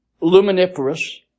Luminiferous